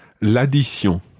L'addition